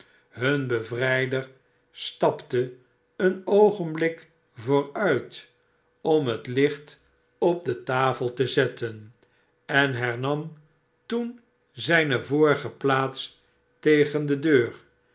st fp te een oogenblik vooruit om het hcht op de tafel te zetten en hernam toen zijne vorige plaats tegen de deur